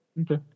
Okay